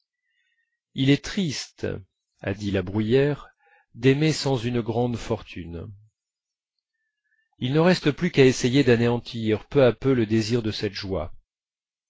il est triste a dit la bruyère d'aimer sans une grande fortune il ne reste plus qu'à essayer d'anéantir peu à peu le désir de cette joie